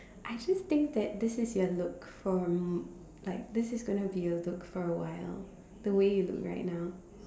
I just think that this is your look for like this is gonna be your look for a while the way you look like now